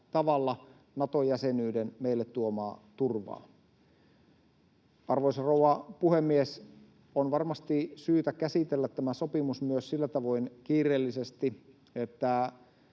tavalla Nato-jäsenyyden meille tuomaa turvaa. Arvoisa rouva puhemies! On varmasti syytä käsitellä tämä sopimus myös sillä tavoin kiireellisesti, että